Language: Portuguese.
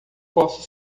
posso